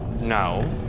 No